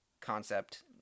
concept